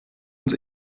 uns